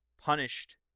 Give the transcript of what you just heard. punished